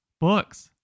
books